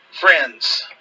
friends